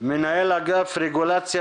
מנהל אגף רגולציה